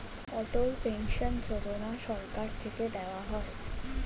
অটল pension Yojana সরকার থেকে দেওয়া হয়